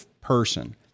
person